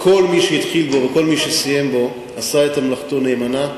כל מי שהתחיל בו וכל מי שסיים אותו עשה את מלאכתו נאמנה.